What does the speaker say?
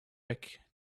back